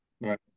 Right